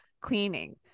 cleaning